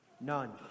none